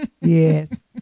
Yes